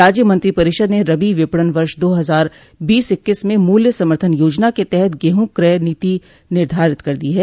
राज्य मंत्रिपरिषद ने रबी विपणन वर्ष दो हजार बीस इक्कीस में मूल्य समर्थन योजना के तहत गेहूं कय नीति निर्धारित कर दी है